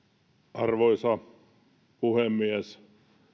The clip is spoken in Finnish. arvoisa puhemies